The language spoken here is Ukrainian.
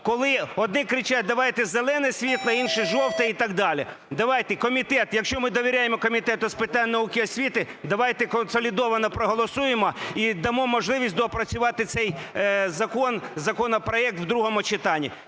коли одні кричать: "Давайте зелене світло", інші – "жовте" і так далі. Давайте комітет, якщо ми довіряємо Комітету з питань науки і освіти, давайте консолідовано проголосуємо і дамо можливість доопрацювати цей законопроект в другому читанні.